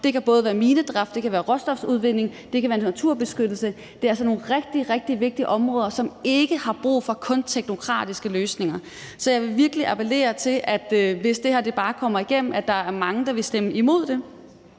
Det kan både være minedrift, det kan være råstofudvinding, og det kan være naturbeskyttelse. Det er altså nogle rigtig, rigtig vigtige områder, som ikke kun har brug for teknokratiske løsninger. Så jeg vil virkelig appellere til, at der, hvis det her bare kommer igennem, er mange, der vil stemme imod det.